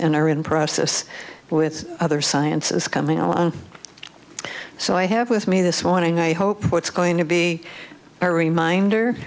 in our in process with other sciences coming along so i have with me this morning i hope it's going to be a reminder